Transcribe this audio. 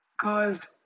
caused